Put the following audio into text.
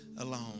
alone